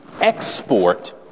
export